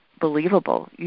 believable